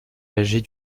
âgés